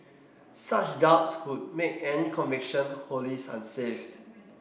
such doubts would make any conviction wholly unsafe